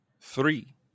Three